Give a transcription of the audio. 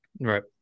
right